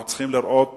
אנחנו צריכים לראות